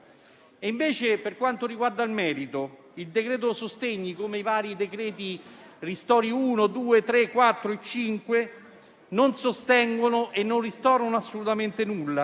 Per quanto riguarda il merito, il decreto sostegni, come i vari decreti ristori 1, 2, 3, 4, e 5, non sostiene e non ristora assolutamente nulla,